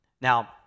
Now